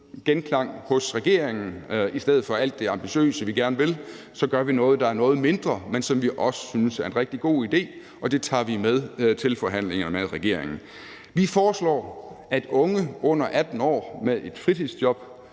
genklang hos regeringen. I stedet for alt det ambitiøse, vi gerne vil, gør vi noget, der er noget mindre, men som vi også synes er en rigtig god idé, og det tager vi med til forhandlingerne med regeringen. Vi foreslår, at unge under 18 år med et fritidsjob